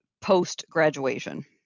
post-graduation